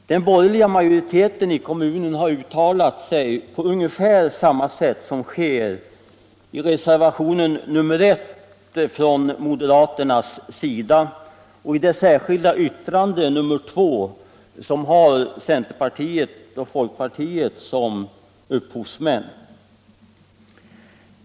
Den borgerliga majoriteten i kommunen har uttalat sig på ungefär samma sätt som moderaterna i reservationen 1 och centerpartiet och folkpartiet i det särskilda yttrandet nr 2.